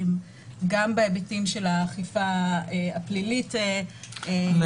גם בהיבטים של האכיפה הפלילית --- דרך אגב,